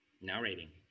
narrating